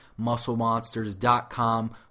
MuscleMonsters.com